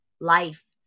life